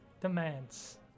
demands